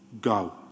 go